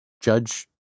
Judge